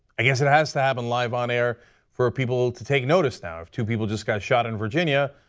i guess it has to happen live on air for people to take notice now, if two people just got shot in virginia,